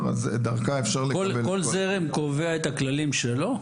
דרכה אפשר לקבל את כל --- כל זרם קובע את הכללים שלו?